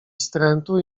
wstrętu